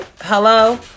Hello